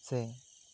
ᱥᱮ